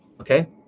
Okay